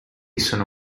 sono